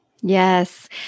Yes